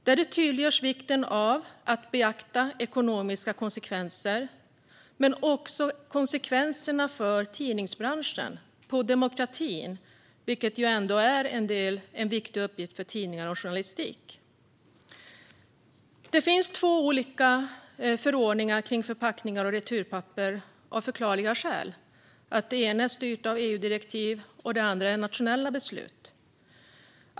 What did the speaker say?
Där tydliggörs vikten av att beakta ekonomiska konsekvenser men också konsekvenser för tidningsbranschen och för demokratin, som ju är en viktig uppgift för tidningar och journalistik. Det finns två olika förordningar om förpackningar och returpapper - av förklarliga skäl, då det ena styrs av EU-direktiv och det andra av nationella beslut.